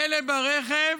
אלה ברכב